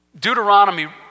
Deuteronomy